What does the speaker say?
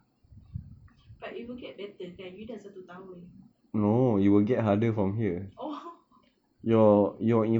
but you will get better kan you dah satu tahun oh